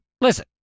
listen